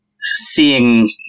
seeing